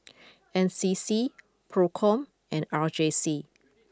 N C C Procom and R J C